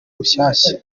rushyashya